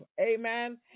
Amen